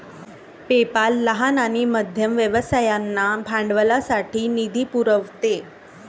PayPal लहान आणि मध्यम व्यवसायांना भांडवलासाठी निधी पुरवते